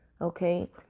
Okay